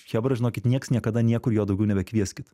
chebra žinokit nieks niekada niekur jo daugiau nebekvieskit